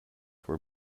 were